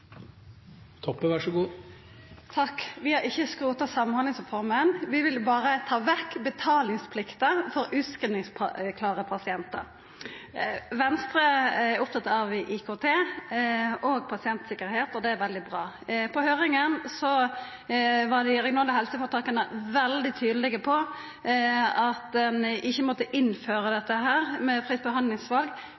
Samhandlingsreforma. Vi ville berre ta vekk betalingsplikta for utskrivingsklare pasientar. Venstre er opptatt av IKT og pasienttryggleik, og det er veldig bra. På høyringa var dei regionale helseføretaka veldig tydelege på at ein ikkje måtte innføra fritt behandlingsval før ein hadde fått samsvarande IKT-system mellom dei private og det